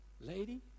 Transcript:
Lady